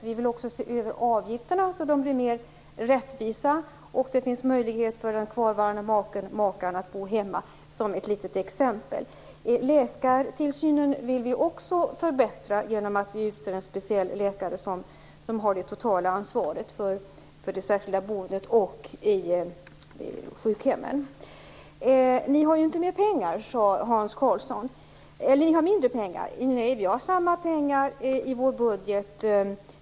Vidare vill vi se över avgifterna så att de blir mer rättvisa och göra det möjligt för den kvarvarande maken eller makan att bo hemma. Vi vill också förbättra läkartillsynen genom att en speciell läkare utses som har det totala ansvaret på det särskilda boendet och på sjukhemmen. Ni har ju mindre pengar i er budget, sade Hans Karlsson. Nej, vi har lika mycket pengar i vår budget.